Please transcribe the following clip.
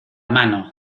mano